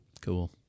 Cool